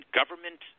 government